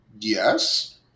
Yes